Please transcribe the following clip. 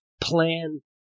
plan